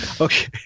Okay